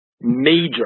major